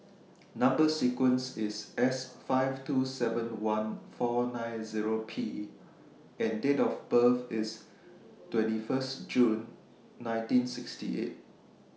Number sequence IS S five two seven one four nine Zero P and Date of birth IS twenty First June nineteen sixty eight